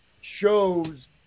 shows